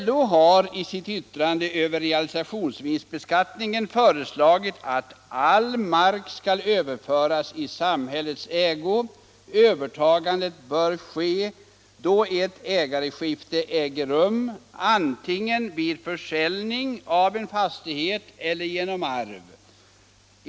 LO har i sitt yttrande rörande realisationsvinstbeskattningen föreslagit att all mark skall överföras i samhällets ägo. Övertagandet bör ske då ett ägarskifte äger rum, antingen genom försäljning av en fastighet eller genom arv.